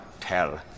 Tell